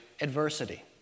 adversity